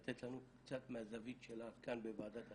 לתת לנו קצת מהזווית שלה כאן בוועדת החינוך.